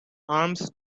arms